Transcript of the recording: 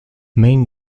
main